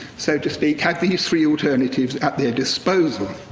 so to speak, had these three alternatives at their disposal.